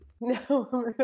no